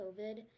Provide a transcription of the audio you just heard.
COVID